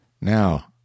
Now